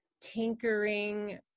tinkering